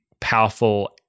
powerful